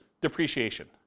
depreciation